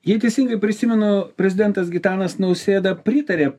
jei teisingai prisimenu prezidentas gitanas nausėda pritarė